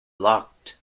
locked